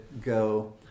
go